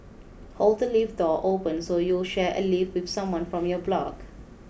hold the lift door open so you'll share a lift with someone from your block